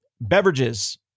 Beverages